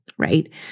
Right